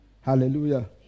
Hallelujah